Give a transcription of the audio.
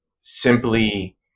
simply